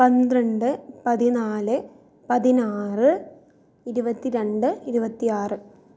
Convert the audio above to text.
പന്ത്രണ്ട് പതിനാല് പതിനാറ് ഇരുപത്തി രണ്ട് ഇരുപത്തി ആറ്